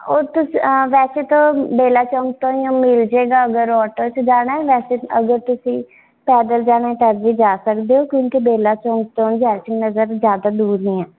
ਉਹ ਤੁਸੀਂ ਵੈਸੇ ਤਾਂ ਬੇਲਾ ਚੌਂਕ ਤੋਂ ਹੀ ਮਿਲ ਜੇਗਾ ਅਗਰ ਓਟੋ 'ਚ ਜਾਣਾ ਹੈ ਵੈਸੇ ਅਗਰ ਤੁਸੀਂ ਪੈਦਲ ਜਾਣਾ ਤਾਂ ਵੀ ਜਾ ਸਕਦੇ ਹੋ ਕਿਉਂਕਿ ਬੇਲਾ ਚੌਂਕ ਤੋਂ ਜ਼ੈਲ ਸਿੰਘ ਨਗਰ ਜ਼ਿਆਦਾ ਦੂਰ ਨਹੀਂ ਹੈ